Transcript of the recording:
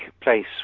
place